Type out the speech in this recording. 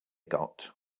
got